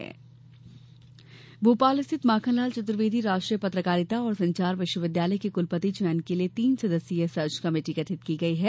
कुलपति चयन भोपाल स्थित माखनलाल चतुर्वेदी राष्ट्रीय पत्रकारिता और संचार विश्वविद्यालय के कुलपति चयन के लिए तीन सदस्यीय सर्च कमेटी गठित की गई है